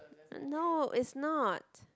no is not